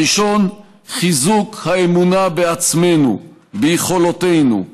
הראשון, חיזוק האמונה בעצמנו, ביכולותינו,